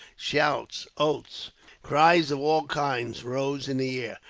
shouts, oaths, cries of all kinds, rose in the air.